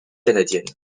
canadienne